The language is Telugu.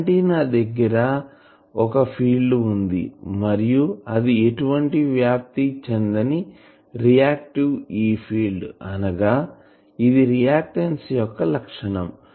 ఆంటిన్నా దగ్గర గా ఒక ఫీల్డ్ వుంది మరియు అది ఎటువంటి వ్యాప్తి చెందని రియాక్టీవ్ E ఫీల్డ్ అనగా ఇది రియాక్టన్సు యొక్క లక్షణం